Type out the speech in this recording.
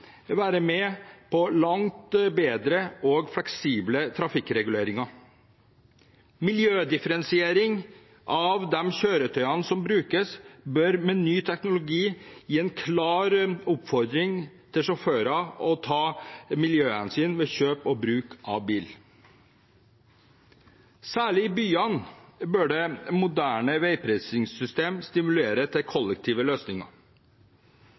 langt bedre og fleksible trafikkreguleringer. Miljødifferensiering av de kjøretøyene som brukes, bør med ny teknologi gi en klar oppfordring til sjåfører om å ta miljøhensyn ved kjøp og bruk av bil. Særlig i byene bør moderne veiprisingssystem stimulere til kollektive løsninger.